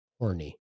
horny